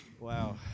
Wow